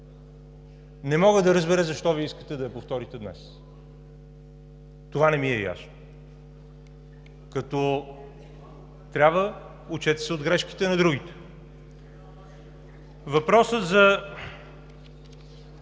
Не мога да разбера защо Вие искате да я повторите днес? Това не ми е ясно. Като трябва, учете се от грешките на другите. Въпросът за